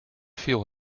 viel